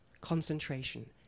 concentration